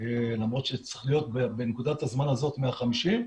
למרות שצריך להיות בנקודת הזמן הזאת 150,